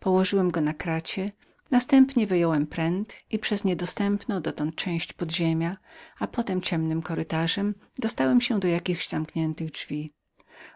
położyłem go na kracie następnie wyjąłem pręt i wszedłem do pierwszego podziemia potem ciemnym kurytarzem dostałem się do jakichś zamkniętych drzwi